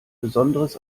besonderes